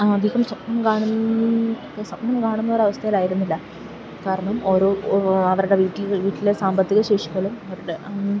അധികം സ്വപ്നം കാണുന്ന ഒരവസ്ഥയിലായിരുന്നില്ല കാരണം ഓരോ അവരുടെ വീട്ടിലെ സാമ്പത്തിക ശേഷികളും അവരുടെ